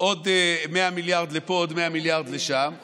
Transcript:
עוד 100 מיליארד לפה, עוד